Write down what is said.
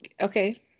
Okay